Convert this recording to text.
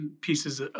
pieces